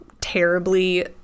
terribly